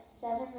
seven